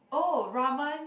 oh ramen